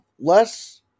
less